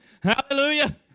Hallelujah